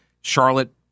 Charlotte